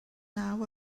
naw